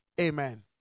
Amen